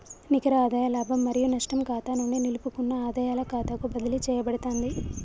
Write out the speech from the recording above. నికర ఆదాయ లాభం మరియు నష్టం ఖాతా నుండి నిలుపుకున్న ఆదాయాల ఖాతాకు బదిలీ చేయబడతాంది